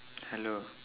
hello